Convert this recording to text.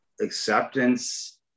acceptance